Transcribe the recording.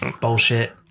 bullshit